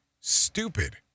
stupid